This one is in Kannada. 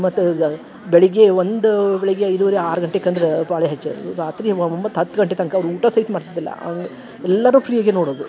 ಮತ್ತು ಜಾ ಬೆಳಗ್ಗೆ ಒಂದು ಬೆಳಗ್ಗೆ ಐದುವರೆ ಆರು ಗಂಟೆಗೆ ಅಂದ್ರ ಭಾಳ ಹೆಚ್ಚು ರಾತ್ರಿ ಒಂಬತ್ತು ಹತ್ತು ಗಂಟೆತನಕ ಊಟ ಸಹಿತ ಮಾಡ್ತಿದ್ದಿಲ್ಲ ಎಲ್ಲರು ಫ್ರೀಯಾಗಿ ನೋಡದು